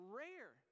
rare